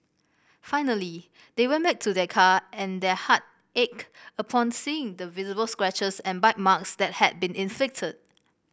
finally they went back to their car and their heart ached upon seeing the visible scratches and bite marks that had been inflicted